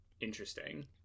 Interesting